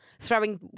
Throwing